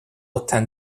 attend